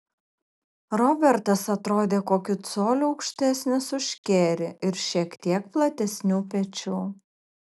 robertas atrodė kokiu coliu aukštesnis už kerį ir šiek tiek platesnių pečių